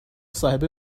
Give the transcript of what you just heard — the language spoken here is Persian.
صاحب